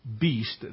beast